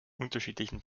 unterschiedlichen